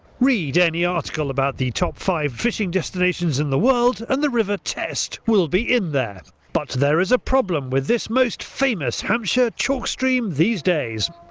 read any article about the top five fishing destinations in the world and the river test will be in there. but there is a problem with this most famous hampshire chalk stream these days.